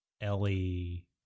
Ellie